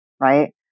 right